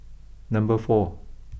number four